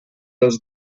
els